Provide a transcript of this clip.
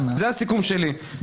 זה הסיכום שלי.